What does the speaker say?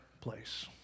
place